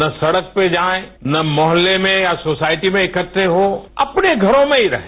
ना सड़क पे जाएं ना मोहल्ले में या सोसायटी में इकहे हॉ अपने घरों में ही रहें